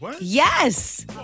Yes